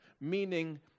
meaning